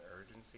urgency